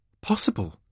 Possible